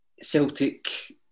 Celtic